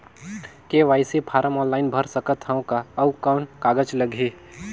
KYC form online भर सकत हवं का? अउ कौन कागज लगही?